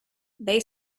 they